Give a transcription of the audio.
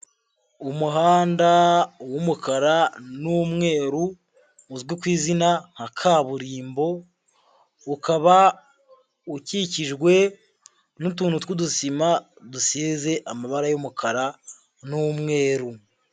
Umuhanda w'umukara n'umweru, uzwi ku izina nka kaburimbo, ukaba ukikijwe n'utuntu tw'udusima dusize amabara y'umukara n'umweru.